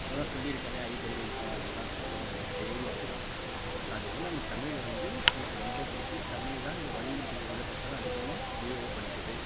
அதெலாம் சொல்லியிருக்கேனே ஐயப்பன் கோயிலுக்கு போன இதெல்லாம் இப்போ சொன்னேனே அதே மாதிரிதான் அதனால் நம்ம தமிழ் வந்து எனக்கு ரொம்ப பிடிக்கும் தமிழ்தான் எங்கள் வணிகத்துக்கு இப்போ எங்கே பார்த்தாலும் அதிகமாக உபயோகப்படுத்துது